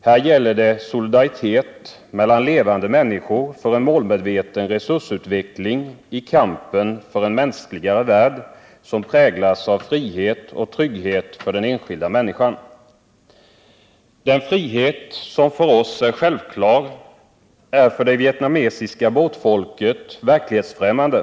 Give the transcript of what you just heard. Här gäller det solidaritet mellan levande människor för en målmedveten resursutveckling i kampen för en mänskligare värld, som präglas av frihet och trygghet för den enskilda människan. Den frihet som för oss är självklar är för det vietnamesiska båtfolket verklighetsfrämmande.